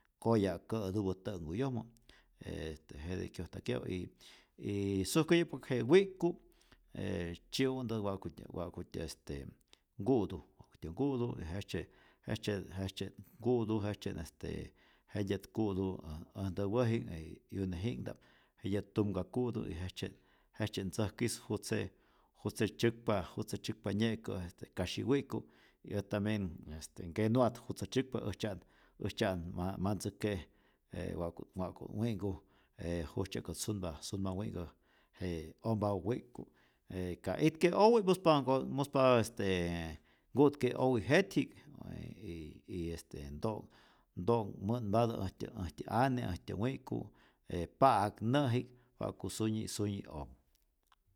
Koya' kä'tupä ta'nhkuyojmä eeste jete kyojtakye'u y y sujkäyu'kap je wik'ku' e tzyi'u'ntä wa'kutyä wa'kutyä este nku'tu wa'kutyä nku'tu, y jejtzye jejtzyet jejtzyet nku'tu jejtzyet este jentyä't ku'tu äj äj ntäwäji'k y 'yuneji'knhta'p, jentyät tumka ku'tu y jejtzye't jejtzye't ntzäjkisu jutze' jutze tzyäkpa jutze tzyäkpa nye'kä' kasyi wi'k'ku', y ät tambien este kenu'at jutzä tzyäkpa äjtzya'at äjtzya'at ma ma ntzäk'ke', je wa'ku't wa'ku't wi'nhku, je jujtzye'kät sunpa sunpa wi'nhkä je ompapä wi'k'ku', je ka itke owi muspatä nko muspatä estee nku'tke owi jetyji'k ää y y este nto' ntonhmä'npatä äjtyä äjtyä ane, äjtyä wi'k'ku je pa'ak nä'ji'k wa'ku sunyi sunyi omu.